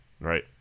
right